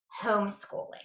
homeschooling